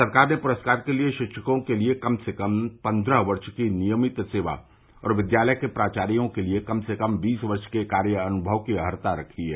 सरकार ने पुस्कार के लिए शिक्षकों के लिए कम से कम पन्द्रह वर्ष की नियमित सेवा और विद्यालय के प्राचार्यो के लिए कम से कम बीस वर्ष के कार्य अनुमव की अर्हता रखी है